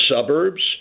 suburbs